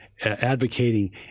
advocating